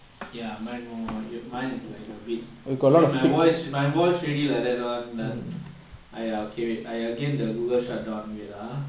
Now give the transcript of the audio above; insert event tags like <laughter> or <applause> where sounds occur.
ya mine more mine is like a bit eh my voice my voice already like that [one] then <noise> !aiya! okay wait I again the google shut down wait ah